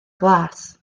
glas